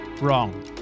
wrong